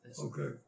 Okay